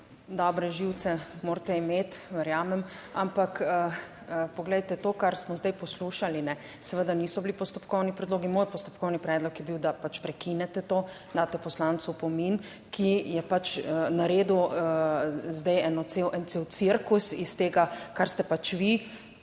Dobre živce morate imeti, verjamem. Ampak poglejte, to, kar smo zdaj poslušali, seveda niso bili postopkovni predlogi. Moj postopkovni predlog je bil, da pač prekinete to, daste poslancu opomin, ki je pač naredil zdaj en cel, en cel cirkus iz tega, kar ste pač vi,